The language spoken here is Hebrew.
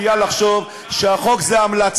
יש איזו נטייה לחשוב שהחוק זה המלצה.